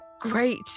great